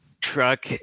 truck